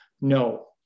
No